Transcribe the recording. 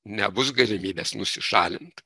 nebus galimybės nusišalint